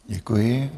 Děkuji.